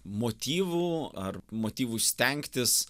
motyvų ar motyvų stengtis